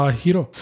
hero